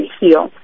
heal